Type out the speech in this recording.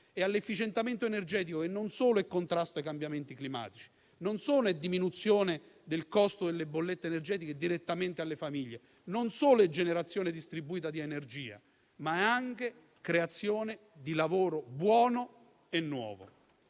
e all'efficientamento energetico, che non solo è contrasto ai cambiamenti climatici, non solo è diminuzione del costo delle bollette energetiche direttamente per le famiglie, non solo è generazione distribuita di energia, ma è anche creazione di lavoro buono e nuovo.